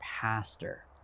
pastor